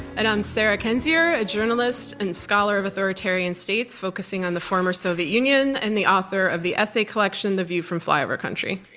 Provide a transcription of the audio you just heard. and i'm sarah kendzior, a journalist and scholar of authoritarian states focusing on the former soviet union and the author of the essay collection the view from flyover country.